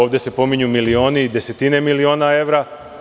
Ovde se pominju milioni i desetine miliona evra.